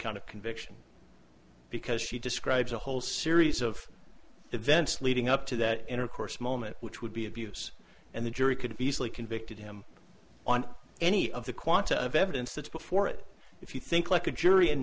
kind of conviction because she describes a whole series of events leading up to that intercourse moment which would be abuse and the jury could easily convicted him on any of the quanta of evidence that's before it if you think like a jury and